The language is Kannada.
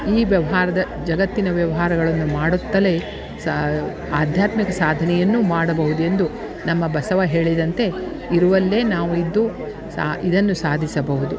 ಈ ವ್ಯವಹಾರದ ಜಗತ್ತಿನ ವ್ಯವಹಾಗಳನ್ನು ಮಾಡುತ್ತಲೇ ಸಾ ಆಧ್ಯಾತ್ಮಿಕ ಸಾಧನೆಯನ್ನು ಮಾಡಬೌದು ಎಂದು ನಮ್ಮ ಬಸವ ಹೇಳಿದಂತೆ ಇರುವಲ್ಲೇ ನಾವು ಇದ್ದು ಸಾ ಇದನ್ನು ಸಾಧಿಸಬಹುದು